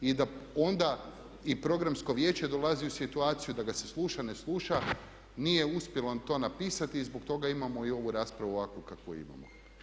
I da onda i Programsko vijeće dolazi u situaciju da ga se sluša, ne sluša, nije uspjelo vam to napisati i zbog toga imamo i ovu raspravu ovakvu kakvu imamo.